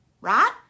right